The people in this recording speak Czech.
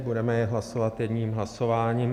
Budeme je hlasovat jedním hlasováním.